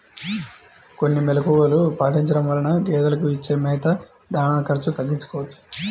కొన్ని మెలుకువలు పాటించడం వలన గేదెలకు ఇచ్చే మేత, దాణా ఖర్చు తగ్గించుకోవచ్చును